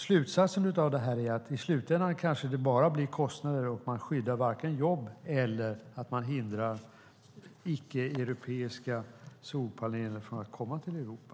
Slutsatsen av det här är att i slutändan kanske det bara blir kostnader, och man skyddar varken jobb eller hindrar icke-europeiska solpaneler från att komma till Europa.